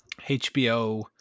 HBO